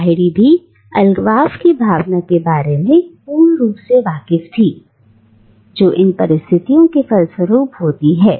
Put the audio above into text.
लाहिड़ी भी अलगाव की भावना के बारे में पूर्ण रूप से वाकिफ थी जो इन परिस्थितियों के फलस्वरूप होती हैं